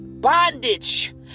bondage